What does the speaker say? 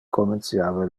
comenciava